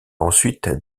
ensuite